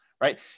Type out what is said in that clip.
right